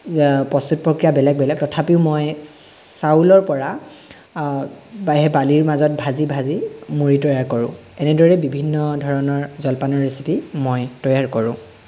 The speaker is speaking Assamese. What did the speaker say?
প্ৰস্তুত প্ৰক্ৰিয়া বেলেগ বেলেগ তথাপিও মই চাউলৰ পৰা বা সেই বালিৰ মাজত ভাজি ভাজি মুড়ি তৈয়াৰ কৰোঁ এনেদৰে বিভিন্ন ধৰণৰ জলপানৰ ৰেচিপি মই তৈয়াৰ কৰোঁ